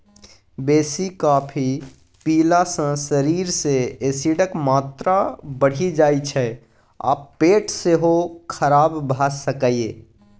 बेसी कॉफी पीला सँ शरीर मे एसिडक मात्रा बढ़ि जाइ छै आ पेट सेहो खराब भ सकैए